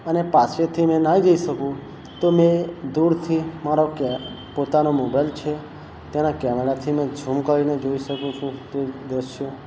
અને પાસેથીને ના જઈ શકું તો મેં દૂરથી મારો પોતાનો મોબાઈલ છે તેના કેમેરાથી મેં ઝુમ કરીને જોઈ શકું છું તે દૃશ્ય